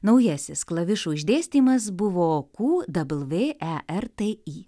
naujasis klavišų išdėstymas buvo ku dabl vė e r t i